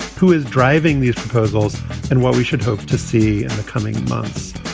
who is driving these proposals and what we should hope to see in the coming months?